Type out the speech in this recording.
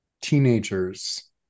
teenagers